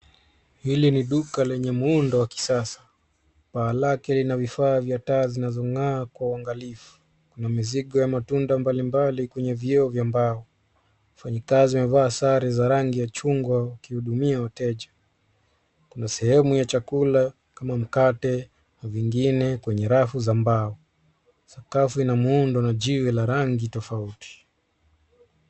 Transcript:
Hili ni duka lenye muundo wa kisasa. Paa lake lina vifaa vya taa zinazong'aa kwa waangalifu. Kuna mizigo ya matunda mbalimbali kwenye vyeo vya mbao. Wafanyikazi wamevaa sare za rangi ya chungwa wakihudumia wateja. Kuna sehemu ya chakula kama mkate na vingine kwenye rafu za mbao. Sakafu ina muundo na jiwe la rangi tofauti.